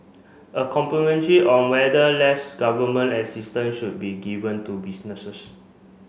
a on whether less government assistance should be given to businesses